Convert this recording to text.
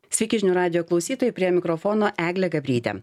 sveiki žinių radijo klausytojai prie mikrofono eglė gabrytė